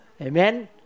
Amen